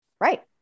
right